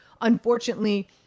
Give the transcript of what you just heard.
unfortunately